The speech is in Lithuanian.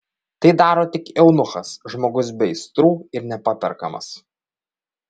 tai daro tik eunuchas žmogus be aistrų ir nepaperkamas